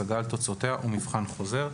השגה על תוצאותיה או מבחן חוזר,